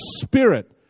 spirit